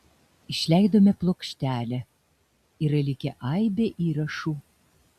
išleidome plokštelę yra likę aibė įrašų